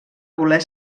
voler